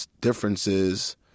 differences